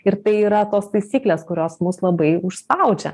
ir tai yra tos taisyklės kurios mus labai užspaudžia